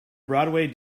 broadway